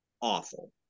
awful